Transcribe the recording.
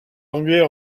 anglais